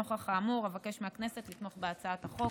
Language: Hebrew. נוכח האמור, אבקש מהכנסת לתמוך בהצעת החוק.